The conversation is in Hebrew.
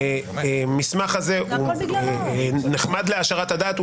שהמסמך הזה הוא נחמד להעשרת הדעת,